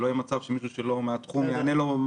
שלא יהיה מצב שמישהו שלא מהתחום יענה לו.